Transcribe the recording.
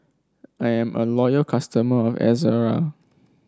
I'm a loyal customer of Ezerra